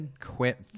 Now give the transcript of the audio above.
Quit